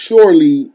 Surely